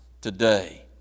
today